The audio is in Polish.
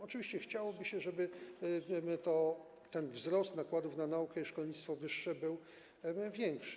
Oczywiście chciałoby się, żeby ten wzrost nakładów na naukę i szkolnictwo wyższe był większy.